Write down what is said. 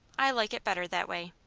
i like it better that way.